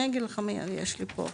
אני אגיד לך מיד, יש לי פה הכול,